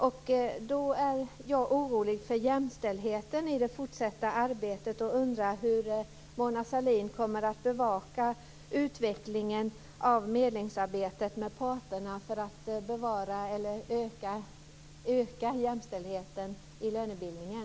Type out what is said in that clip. Då är jag orolig för jämställdheten i det fortsatta arbetet och undrar hur Mona Sahlin kommer att bevaka utvecklingen av medlingsarbetet med parterna för att öka jämställdheten i lönebildningen.